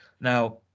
Now